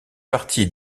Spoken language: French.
partie